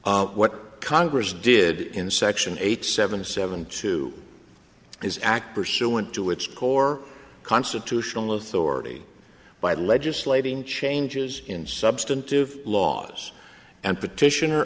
what congress did in section eight seven seven two is act pursuant to its core constitutional authority by legislating changes in substantive laws and petition